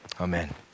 Amen